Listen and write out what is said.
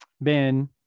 Ben